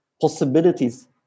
possibilities